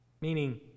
Meaning